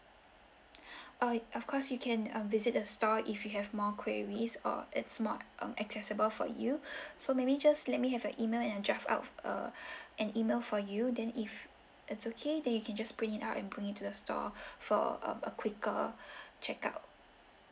uh of course you can um visit the store if you have more queries or it's more um accessible for you so maybe you just let me have your email and draft up uh an email for you then if it's okay then you can just print it out and bring it to the store for uh a quicker checkout